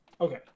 Okay